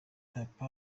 papa